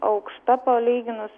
aukšta palyginus